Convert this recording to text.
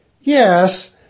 Yes